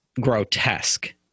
grotesque